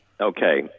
Okay